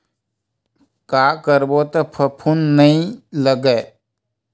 का करबो त फफूंद नहीं लगय?